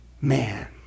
Man